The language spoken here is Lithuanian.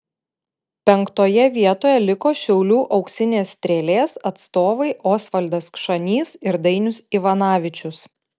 penktoje vietoje liko šiaulių auksinės strėlės atstovai osvaldas kšanys ir dainius ivanavičius